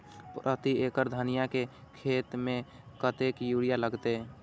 प्रति एकड़ धनिया के खेत में कतेक यूरिया लगते?